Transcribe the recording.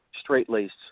straight-laced